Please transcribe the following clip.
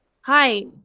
hi